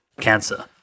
cancer